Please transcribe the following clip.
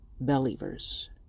Believers